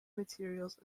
materials